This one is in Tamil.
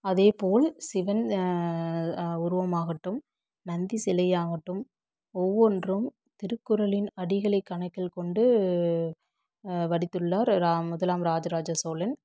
அதே போல் சிவன் உருவமாகட்டும் நந்தி சிலையாகட்டும் ஒவ்வொன்றும் திருக்குறளின் அடிகளை கணக்கில் கொண்டு வடித்துள்ளார் முதலாம் ராஜ ராஜ சோழன்